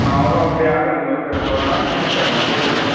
ते सनाओ फिर ब्याह् कदूं ऐ थुआढ़ा में करना कोशिश